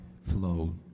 flow